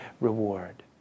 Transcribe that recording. reward